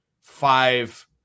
five